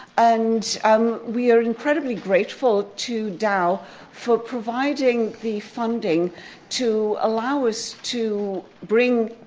and um we are incredibly grateful to dow for providing the funding to allow us to bring,